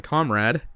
Comrade